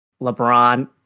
LeBron